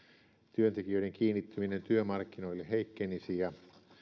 työntekijöiden kiinnittyminen työmarkkinoille heikkenisi ja